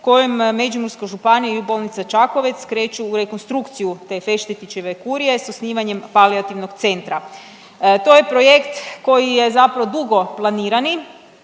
kojom Međimursku županiju i Bolnica Čakovec kreću u rekonstrukciju te Feštetićeve kurije s osnivanjem palijativnog centra. To je projekt koji je zapravo dugo planirani